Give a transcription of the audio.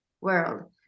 world